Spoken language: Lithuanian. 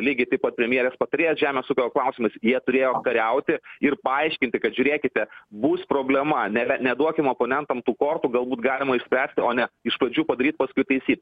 lygiai taip pat premjerės patarėjas žemės ūkio klausimais jie turėjo kariauti ir paaiškinti kad žiūrėkite bus problema ne neduokime oponentam tų kortų galbūt galima išspręsti o ne iš pradžių padaryt paskui taisyt